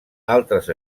altres